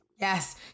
Yes